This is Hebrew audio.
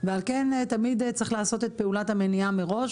ועל כן תמיד צריך לעשות את פעולת המניעה מראש